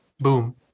boom